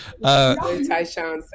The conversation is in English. Tyshawn